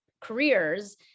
careers